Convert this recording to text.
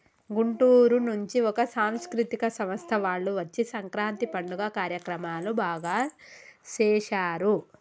గుంటూరు నుంచి ఒక సాంస్కృతిక సంస్థ వాళ్ళు వచ్చి సంక్రాంతి పండుగ కార్యక్రమాలు బాగా సేశారు